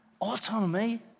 Autonomy